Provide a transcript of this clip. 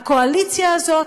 הקואליציה הזאת,